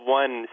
one